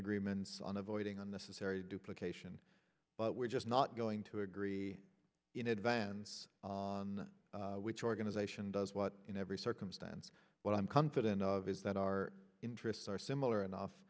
agreements on avoiding on this is hairy duplications but we're just not going to agree in advance on which organization does what in every circumstance but i'm confident of is that our interests are similar enough